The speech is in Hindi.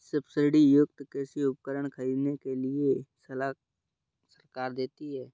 सब्सिडी युक्त कृषि उपकरण खरीदने के लिए सलाह सरकार देती है